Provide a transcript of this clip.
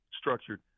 structured